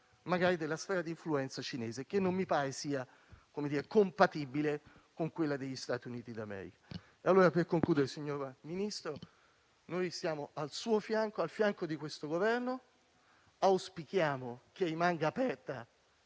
magari, della sfera di influenza cinese, che non mi pare sia compatibile con quella degli Stati Uniti d'America. In conclusione, signor Ministro, noi siamo al suo fianco e al fianco di questo Governo. Auspichiamo che rimanga aperta